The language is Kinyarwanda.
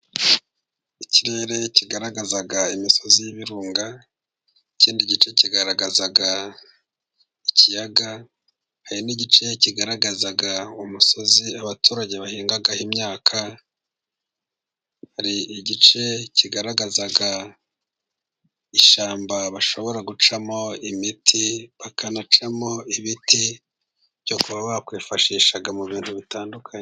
Ikirere kigaragaza imisozi y'ibirunga ikindi gice kigaragaza ikiyaga, hari n'igice kigaragaza umusozi abaturage bahingaho imyaka. Hari igice kigaragaza ishyamba bashobora gucamo imiti, bakanacamo ibiti byo kuba bakwifashisha mu bintu bitandukanye.